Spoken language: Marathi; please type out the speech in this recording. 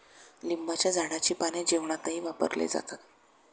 लिंबाच्या झाडाची पाने जेवणातही वापरले जातात